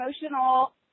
emotional